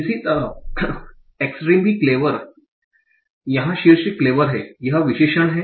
इसी प्रकार extremely clever यहाँ शीर्ष क्लेवर है यह विशेषण है